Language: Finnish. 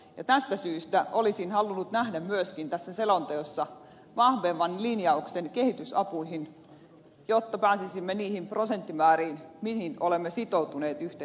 tästä syystä olisin halunnut nähdä myöskin tässä selonteossa vahvemman linjauksen kehitysapuihin jotta pääsisimme niihin prosenttimääriin joihin olemme sitoutuneet yhteisissä sopimuksissa